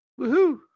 Woohoo